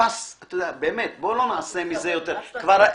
לפקח אמרנו שעדיין אין ממשק.